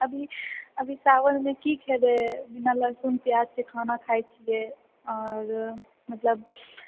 अभी अभी सावनमे की खेबै बिना लहसुन पियाजके खाना खाइ छिऐ आओर मतलब